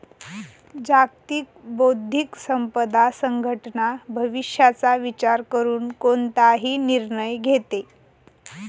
जागतिक बौद्धिक संपदा संघटना भविष्याचा विचार करून कोणताही निर्णय घेते